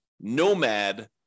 nomad